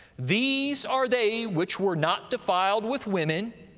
these are they which were not defiled with women,